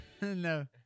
No